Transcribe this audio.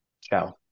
Ciao